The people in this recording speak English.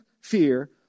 fear